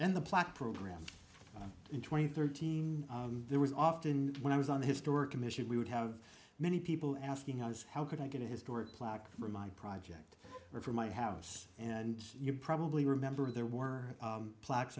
and the plaque program in twenty thirteen there was often when i was on the historic commission we would have many people asking us how could i get a historic plaque for my project or for my house and you probably remember there were plaques